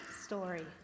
story